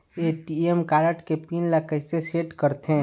ATM card के pin ला कैसे सेट करथे?